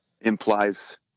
implies